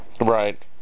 right